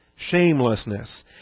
shamelessness